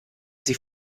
sie